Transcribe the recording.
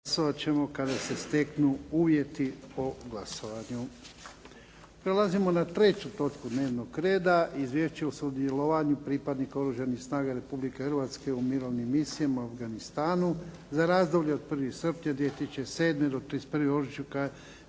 **Jarnjak, Ivan (HDZ)** Prelazimo na treću točku dnevnog reda. - Izvješće o sudjelovanju pripadnika Oružanih snaga Republike Hrvatske u Mirovnoj misiji u Afganistanu (ISAF), za razdoblje od 1. srpnja 2007. do 31. ožujka